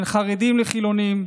בין חרדים לחילונים,